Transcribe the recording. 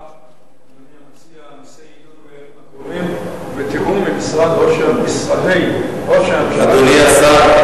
מציע שהנושא יידון בימים הקרובים בתיאום עם משרדי ראש הממשלה,